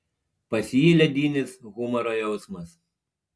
pas jį ledinis humoro jausmas